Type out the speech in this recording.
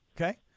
Okay